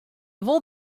wol